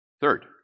Third